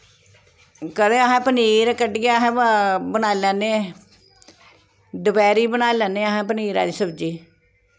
कदें अस पनीर कड्डियै अस बनाई लैन्ने दपैह्री बनाई लैन्ने अस पनीर दी सब्जी